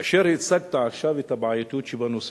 כאשר הצגת עכשיו את הבעייתיות שבנושא,